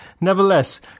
Nevertheless